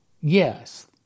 Yes